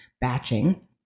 batching